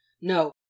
No